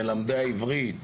מלמדי העברית,